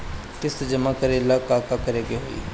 किस्त जमा करे ला का करे के होई?